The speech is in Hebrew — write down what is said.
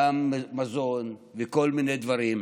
גם במזון ובכל מיני דברים.